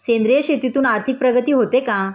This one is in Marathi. सेंद्रिय शेतीतून आर्थिक प्रगती होते का?